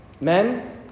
Men